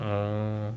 orh